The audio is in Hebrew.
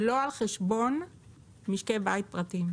לא על חשבון משקי בית פרטיים,